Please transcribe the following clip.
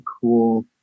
cool